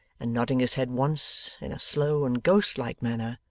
and nodding his head once, in a slow and ghost-like manner,